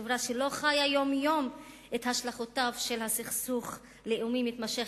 חברה שלא חיה יום-יום את השלכותיו של סכסוך לאומי מתמשך,